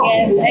Yes